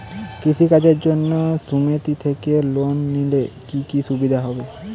কৃষি কাজের জন্য সুমেতি থেকে লোন নিলে কি কি সুবিধা হবে?